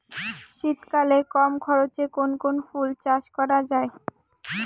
শীতকালে কম খরচে কোন কোন ফুল চাষ করা য়ায়?